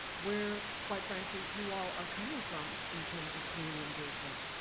where, quite frankly, you all are coming from in terms of community engagement.